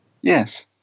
Yes